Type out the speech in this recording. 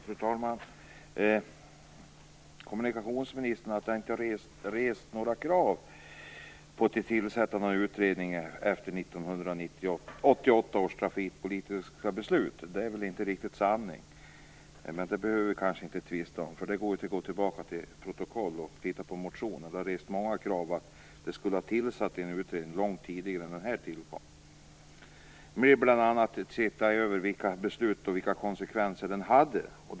Fru talman! Kommunikationsministern säger att man inte har rest några krav på tillsättandet av en utredning efter 1988 års trafikpolitiska beslut. Det är väl inte riktigt sanning, men det behöver vi kanske inte tvista om. Det går ju att gå tillbaka till protokollen och titta i motionerna. Det har rests många krav på att en utredning skulle ha tillsatts långt innan denna utredning tillkom, bl.a. för att titta över vilka besluten var och vilka konsekvenser de fick.